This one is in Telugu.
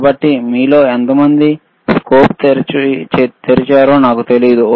కాబట్టి మీలో ఎంతమంది స్కోప్ తెరిచారో నాకు తెలియదు